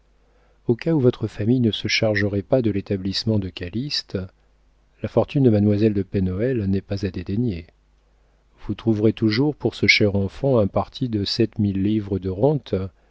au cas où votre famille ne se chargerait pas de l'établissement de calyste la fortune de mademoiselle de pen hoël n'est pas à dédaigner vous trouverez toujours pour ce cher enfant un parti de sept mille livres de rente